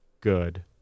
good